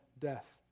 death